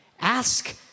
Ask